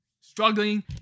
struggling